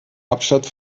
hauptstadt